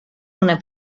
una